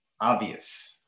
obvious